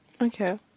okay